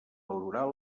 valorar